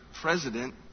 president